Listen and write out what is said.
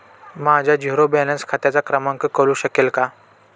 माझ्या zero balance खात्याचा क्रमांक कळू शकेल का?